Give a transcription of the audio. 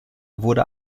wurde